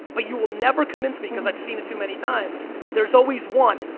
but you will never convince me, because i've seen it too many times, there's always one.